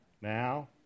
now